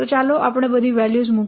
તો ચાલો આપણે વેલ્યુ મૂકીએ